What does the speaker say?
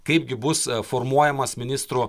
kaipgi bus formuojamas ministrų